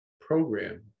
program